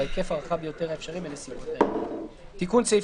בהיקף הרחב ביותר האפשרי בנסיבות העניין." תיקון סעיף